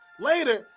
later,